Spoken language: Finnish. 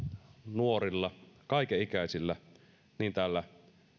nuorilla kaikenikäisillä niin täällä